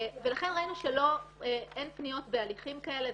ראינו שאין פניות בהליכים כאלה,